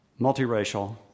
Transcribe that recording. multiracial